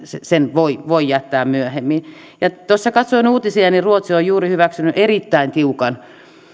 sen voi voi jättää myöhemmin tuossa kun katsoin uutisia niin ruotsi on juuri hyväksynyt erittäin tiukan